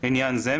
לעניין זה,